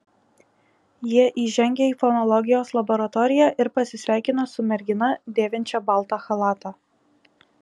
jie įžengia į fonologijos laboratoriją ir pasisveikina su mergina dėvinčia baltą chalatą